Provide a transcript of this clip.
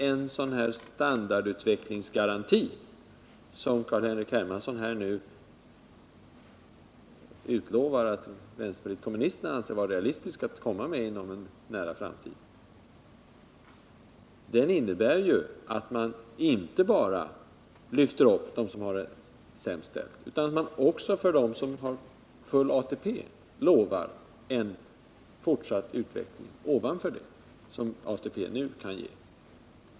En sådan här standardutvecklingsgaranti, som Carl-Henrik Hermansson och vänsterpartiet kommunisterna anser det realistiskt att genomföra inom en nära framtid, innebär ju att man inte bara lyfter upp dem som har det sämst ställt. Även de som har full ATP utlovas ju en fortsatt utveckling utöver vad ATP kan ge.